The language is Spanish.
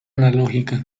analógica